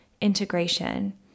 integration